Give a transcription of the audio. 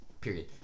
Period